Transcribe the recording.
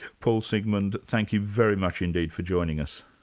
paul sigmund, thank you very much indeed for joining us.